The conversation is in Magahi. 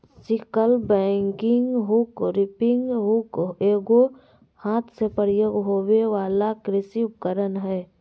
sickle bagging hook, reaping hook एगो हाथ से प्रयोग होबे वला कृषि उपकरण हइ